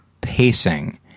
pacing